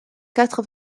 quatre